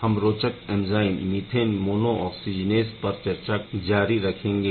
हम रोचक enzyme methane monooxygenase पर चर्चा जारी रखेंगे